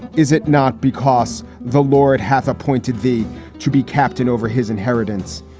is it not because the lord hath appointed the truby captain over his inheritance?